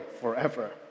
forever